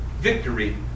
victory